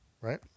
right